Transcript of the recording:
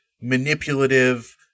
manipulative